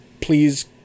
please